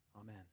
Amen